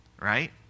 right